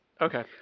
Okay